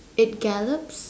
it gallops